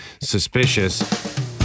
suspicious